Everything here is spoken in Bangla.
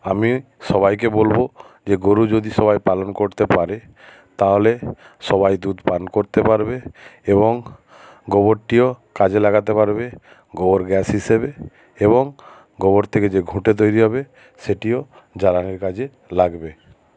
আমি সবাইকে বলবো যে গরু যদি সবাই পালন করতে পারে তাহলে সবাই দুধ পান করতে পারবে এবং গোবরটিও কাজে লাগাতে পারবে গোবর গ্যাস হিসেবে এবং গোবর থেকে যে ঘুঁটে তৈরি হবে সেটিও জ্বালানির কাজে লাগবে